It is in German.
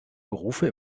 berufe